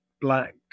Black